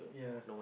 yeah